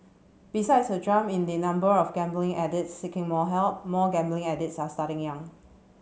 besides a jump in the number of gambling addicts seeking help more gambling addicts are starting young